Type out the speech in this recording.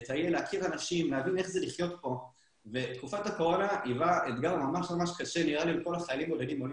ויש פה לוחמים ויש פה תומכי לחימה ויש ממש חיילים מכול הגופים,